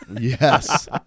Yes